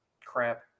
crap